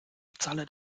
bezahle